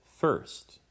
first